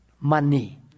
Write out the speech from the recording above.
Money